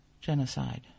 genocide